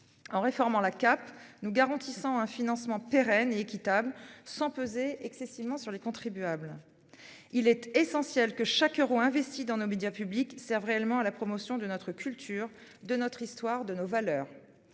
public (CAP), nous garantissons un financement pérenne et équitable, sans faire peser une charge excessive sur les contribuables. Il est essentiel que chaque euro investi dans nos médias publics serve réellement à la promotion de notre culture, de notre histoire et de nos valeurs.